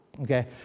Okay